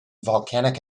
volcanic